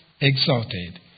exalted